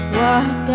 walk